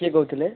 କିଏ କହୁଥିଲେ